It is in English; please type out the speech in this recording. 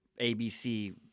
ABC—